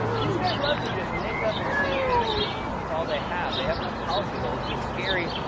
these guys love to just make up insane fantasies, because it's all they have. they have no policy goals, just scary,